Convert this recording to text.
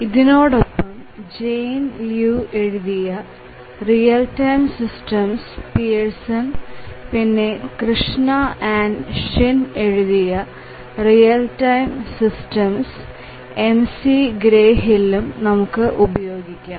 ഇതിനോടൊപ്പം Jane Liu എഴുതിയ real time systems Pearson പിന്നെ കൃഷ്ണ ആൻഡ് ഷിൻ എഴുതിയ real time systems McGraw Hill നമുക്ക് ഉപയോഗിക്കാം